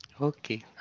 Okay